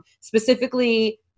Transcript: Specifically